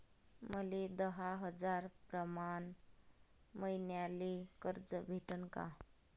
मले दहा हजार प्रमाण मईन्याले कर्ज भेटन का?